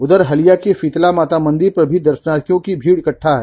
उधर हलिया के शीतला माता मंदिर पर भी दर्शनार्थियों की भारी भीड़ इकटठा है